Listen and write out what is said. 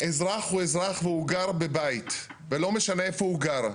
אזרח הוא אזרח והוא גר בבית ולא משנה איפה הוא גר.